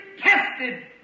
tested